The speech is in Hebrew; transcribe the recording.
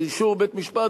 באישור בית-משפט,